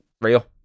real